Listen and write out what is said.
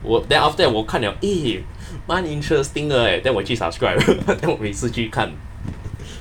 我 then after that 我看 liao eh 蛮 interesting 的 leh then 我去 subscribe then then 我每次去看